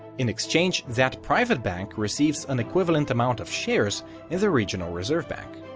in exchange, that private bank receives an equivalent amount of shares in the regional reserve bank.